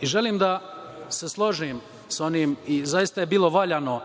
i želim da se složim sa onim i zaista je bilo valjano